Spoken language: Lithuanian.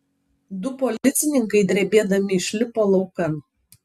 du policininkai drebėdami išlipo laukan